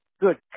Good